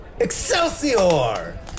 Excelsior